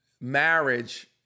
marriage